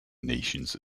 nations